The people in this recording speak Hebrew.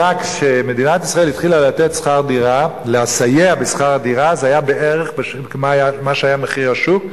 כשמדינת ישראל התחילה לסייע בשכר הדירה זה היה בערך מה שהיה מחיר השוק,